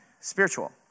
spiritual